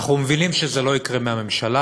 אנחנו מבינים שזה לא יקרה מהממשלה,